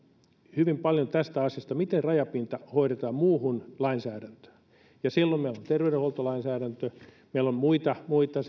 hyvin paljon tästä asiasta miten rajapinta muuhun lainsäädäntöön hoidetaan silloin meillä on terveydenhuoltolainsäädäntö meillä on muuta